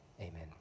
amen